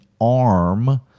arm